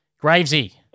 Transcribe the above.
Gravesy